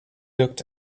looked